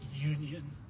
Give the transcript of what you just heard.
union